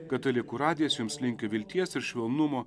katalikų radijas jums linki vilties ir švelnumo